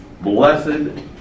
Blessed